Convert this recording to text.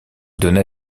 donna